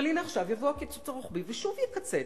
אבל הנה עכשיו יבוא הקיצוץ הרוחבי ושוב יקצץ.